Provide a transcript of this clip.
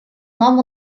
нам